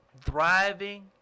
thriving